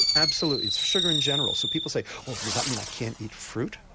absolutely, it's sugar in general. so people say oh does that mean i can't eat fruit?